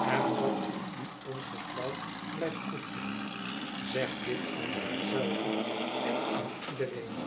en dat ik die onverflauwd blijf koesteren zeg dit aan haar zelve en aan iedereen